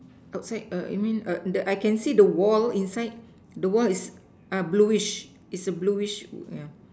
outside err you mean err the I can see the wall inside the wall is a bluish is a bluish yeah